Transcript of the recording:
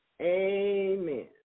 Amen